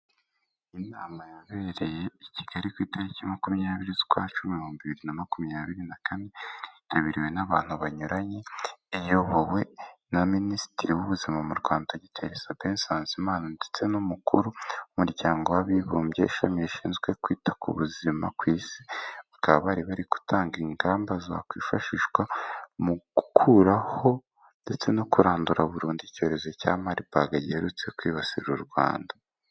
Inama yabereye i Kigali ku italiki makumyabiri zukwa cumi mu bihumbi bibiri na makumyabiri na kane, yitabiriwe n'abantu banyuranye iyobowe na Minisitiri w'ubuzima mu Rwanda Dogiteri Sabe Nsanzimana, ndetse n'umukuru w'umuryango w'abibumbye ishami rishinzwe kwita ku buzima ku isi. Bakaba bari bari gutanga ingamba zakwifashishwa mu gukuraho ndetse no kurandura burundu icyorezo cya malibage giherutse kwibasira u Rwanda.